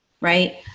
Right